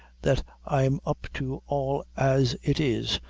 that i'm up to all as it is,